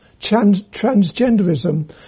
transgenderism